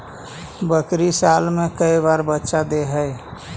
बकरी साल मे के बार बच्चा दे है?